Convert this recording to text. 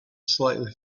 slightly